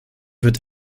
wird